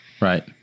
Right